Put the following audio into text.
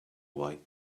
white